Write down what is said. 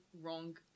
wrong